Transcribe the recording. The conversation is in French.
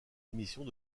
émissions